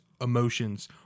emotions